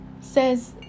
says